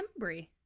Embry